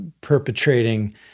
perpetrating